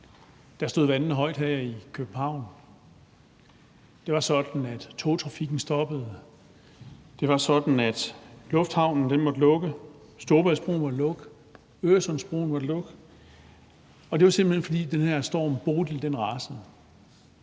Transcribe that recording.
2013 stod vandene højt her i København. Det var sådan, at togtrafikken stoppede. Det var sådan, at lufthavnen måtte lukke. Storebæltsbroen måtte lukke. Øresundsbroen måtte lukke. Og det var, simpelt hen fordi den her storm, Bodil, rasede.